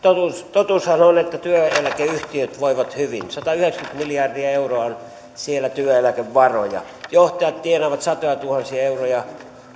totuushan on että työeläkeyhtiöt voivat hyvin satayhdeksänkymmentä miljardia euroa on siellä työeläkevaroja johtajat tienaavat satojatuhansia euroja